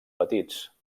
petits